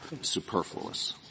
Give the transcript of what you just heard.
superfluous